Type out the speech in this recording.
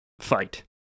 fight